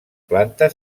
planta